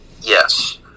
Yes